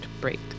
break